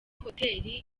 hoteri